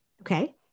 Okay